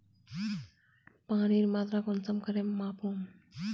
पानीर मात्रा कुंसम करे मापुम?